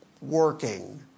working